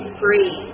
free